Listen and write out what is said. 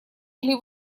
или